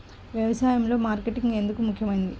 వ్యసాయంలో మార్కెటింగ్ ఎందుకు ముఖ్యమైనది?